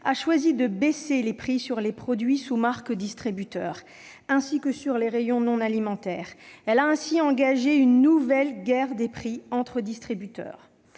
a choisi de baisser les prix sur les produits sous marques de distributeurs, ainsi que sur ceux des rayons non alimentaires, engageant ainsi une nouvelle guerre des prix entre distributeurs.